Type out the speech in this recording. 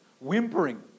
whimpering